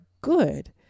good